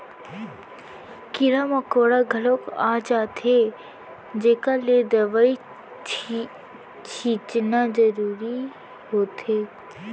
कीरा मकोड़ा घलौ आ जाथें जेकर ले दवई छींचना जरूरी होथे